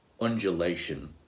undulation